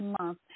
Month